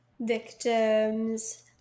victims